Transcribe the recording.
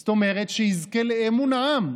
זאת אומרת, שיזכה לאמון העם.